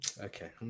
okay